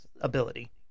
ability